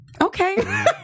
Okay